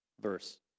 verse